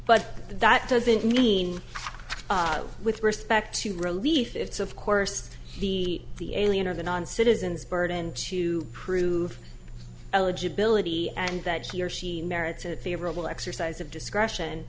but that doesn't mean with respect to relief it's of course the the alien or the non citizens burden to prove eligibility and that he or she merits a favorable exercise of disc